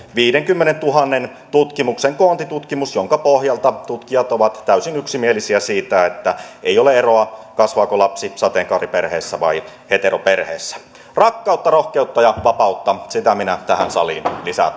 viidenkymmenentuhannen tutkimuksen koontitutkimus jonka pohjalta tutkijat ovat täysin yksimielisiä siitä että ei ole eroa kasvaako lapsi sateenkaariperheessä vai heteroperheessä rakkautta rohkeutta ja vapautta niitä minä tähän saliin lisää